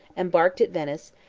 embarked at venice,